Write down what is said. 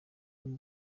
ubu